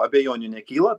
abejonių nekyla